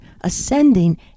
ascending